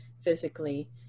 physically